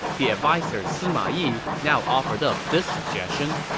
the adviser sima yi now offered up this suggestion